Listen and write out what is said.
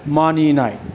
मानिनाय